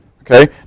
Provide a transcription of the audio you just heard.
Okay